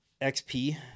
XP